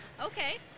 Okay